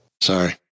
Sorry